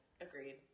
Agreed